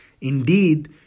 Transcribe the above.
Indeed